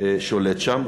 שולט שם.